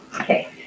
Okay